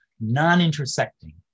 non-intersecting